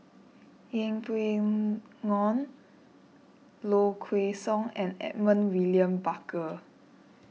Yeng Pway Ngon Low Kway Song and Edmund William Barker